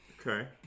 Okay